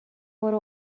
برو